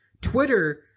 Twitter